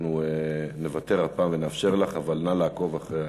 אנחנו נוותר הפעם ונאפשר לך, אבל נא לעקוב אחרי,